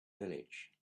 village